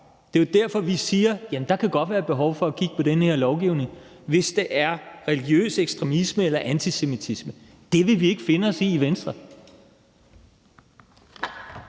Det er jo derfor, vi siger, at der godt kan være behov for at kigge på den her lovgivning, hvis det er religiøs ekstremisme eller antisemitisme. Det vil vi ikke finde os i i Venstre.